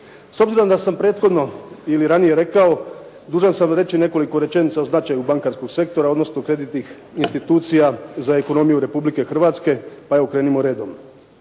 S obzirom da sam prethodno ili ranije rekao dužan sam reći nekoliko rečenica o značaju bankarskog sektora odnosno kreditnih institucija za ekonomiju Republike Hrvatske. Pa evo krenimo redom.